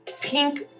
pink